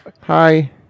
Hi